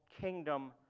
kingdom